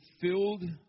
filled